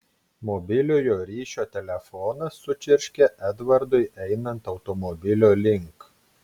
mobiliojo ryšio telefonas sučirškė edvardui einant automobilio link